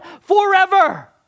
forever